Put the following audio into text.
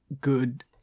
good